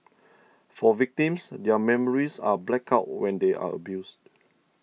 for victims their memories are blacked out when they are abused